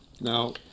Now